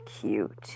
cute